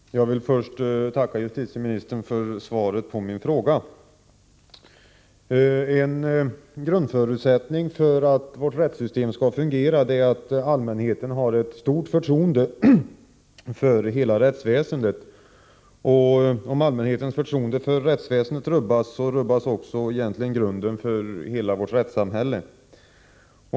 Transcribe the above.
Fru talman! Jag vill först tacka justitieministern för svaret på min fråga. En grundförutsättning för att vårt rättssystem skall fungera är att allmänheten har ett stort förtroende för hela rättsväsendet. Om allmänhetens förtroende för rättsväsendet rubbas, rubbas också grunden för hela vårt rättssamhälle.